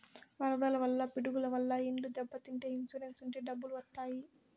వరదల వల్ల పిడుగుల వల్ల ఇండ్లు దెబ్బతింటే ఇన్సూరెన్స్ ఉంటే డబ్బులు వత్తాయి